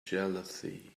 jealousy